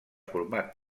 format